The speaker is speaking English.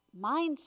mindset